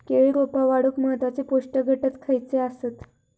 केळी रोपा वाढूक महत्वाचे पोषक घटक खयचे आसत?